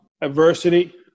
Adversity